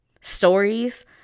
stories